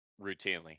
routinely